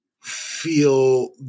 feel